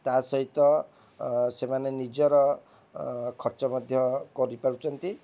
ତା'ସହିତ ସେମାନେ ନିଜର ଖର୍ଚ୍ଚ ମଧ୍ୟ କରିପାରୁଛନ୍ତି